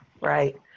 right